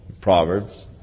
Proverbs